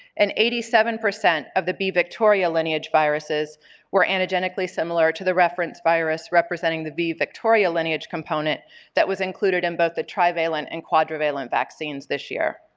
and eighty seven percent of the b victoria lineage viruses were anagenically similar to the referenced virus representing the b victoria lineage component that was included in both the trivalent and quadrivalent vaccines this year.